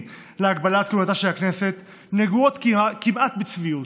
להגבלת כהונתה של הכנסת נגועות כמעט בצביעות,